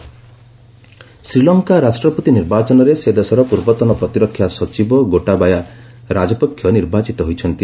Sri Lanka result Sri Lanka ରାଷ୍ଟ୍ରପତି ନିର୍ବାଚନରେ ସେ ଦେଶର ପୂର୍ବତନ ପ୍ରତିରକ୍ଷା ସଚିବ ଗୋଟାବାୟା ରାଜପକ୍ଷ ନିର୍ବାଚିତ ହୋଇଛନ୍ତି